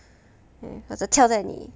把它跳在你